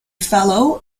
fellow